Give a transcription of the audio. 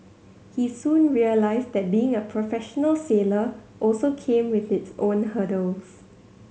he soon realised that being a professional sailor also came with its own hurdles